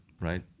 right